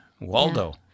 Waldo